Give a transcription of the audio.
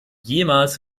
jemals